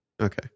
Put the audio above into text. Okay